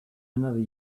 another